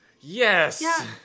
Yes